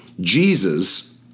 Jesus